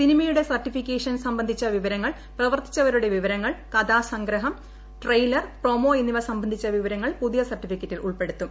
സിനിമയുടെ സർട്ടിഫിക്കേഷൻ സംബന്ധിച്ച വിവരങ്ങൾ പ്രവർത്തിച്ചുവരുടെ വിവരങ്ങൾ കഥാ സംഗ്രഹം ട്രെയിലർ പ്രൊമോ എന്നിവ സംബന്ധിച്ച വിവരങ്ങൾ പുതിയ സർട്ടിഫിക്കറ്റിൽ ഉൾപ്പെടുത്തും